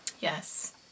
Yes